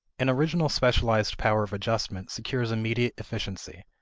an original specialized power of adjustment secures immediate efficiency,